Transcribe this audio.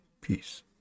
peace